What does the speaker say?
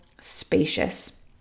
spacious